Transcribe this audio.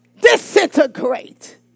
disintegrate